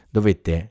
Dovete